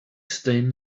stain